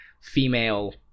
female